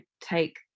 take